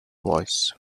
voice